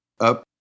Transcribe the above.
up